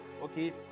okay